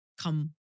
come